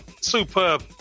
superb